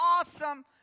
Awesome